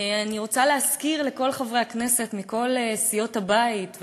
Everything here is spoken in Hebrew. אני רוצה להזכיר לכל חברי הכנסת מכל סיעות הבית,